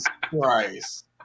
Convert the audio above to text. Christ